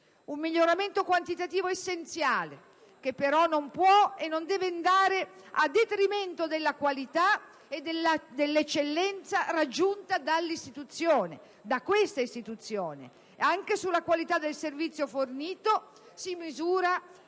un miglioramento quantitativo essenziale che, però, non può e non deve andare a detrimento della qualità e dell'eccellenza raggiunta da questa Istituzione. Anche sulla qualità del servizio fornito si misurano il